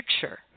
picture